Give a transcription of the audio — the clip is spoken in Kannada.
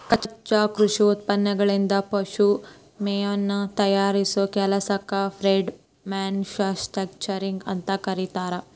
ಕಚ್ಚಾ ಕೃಷಿ ಉತ್ಪನ್ನಗಳಿಂದ ಪಶು ಮೇವನ್ನ ತಯಾರಿಸೋ ಕೆಲಸಕ್ಕ ಫೇಡ್ ಮ್ಯಾನುಫ್ಯಾಕ್ಚರಿಂಗ್ ಅಂತ ಕರೇತಾರ